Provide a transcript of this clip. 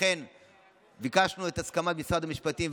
לכן ביקשנו את הסכמת משרד המשפטים,